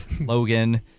Logan